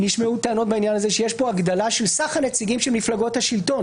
נשמעו טענות בעניין הזה שיש פה הגדלה של סך הנציגים של מפלגות השלטון.